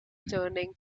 turning